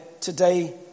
today